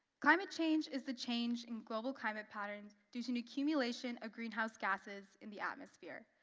climate change is the change in global climate patterns due to an accumulation of greenhouse gases in the atmosphere,